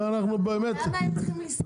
אבל למה הם צריכים לסבול?